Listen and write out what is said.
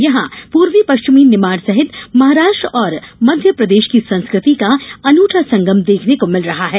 यहां पूर्वी पश्चिमी निमाड सहित महाराष्ट्र और मध्यप्रदेश की संस्कृति का अनुठा संगम देखने को मिल रहा है